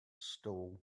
stall